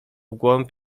głąb